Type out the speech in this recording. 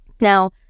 Now